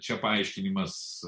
čia paaiškinimas